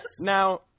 Now